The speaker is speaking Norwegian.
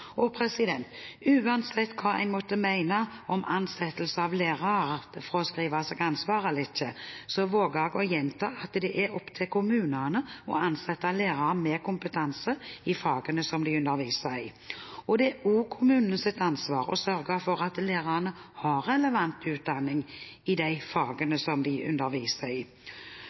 Uansett hva en måtte mene om ansettelse av lærere – fraskrive seg ansvaret eller ikke – våger jeg å gjenta at det er opp til kommunene å ansette lærere med kompetanse i fagene de underviser i. Det er også kommunenes ansvar å sørge for at lærerne har relevant utdanning i de fagene